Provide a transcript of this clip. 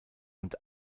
und